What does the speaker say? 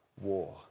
war